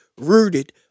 rooted